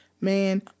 man